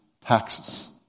taxes